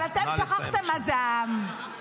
אבל אתם שכחתם מה זה העם.